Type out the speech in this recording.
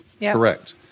Correct